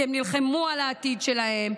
כי הם נלחמו על העתיד שלהם.